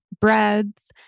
breads